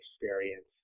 experience